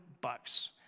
bucks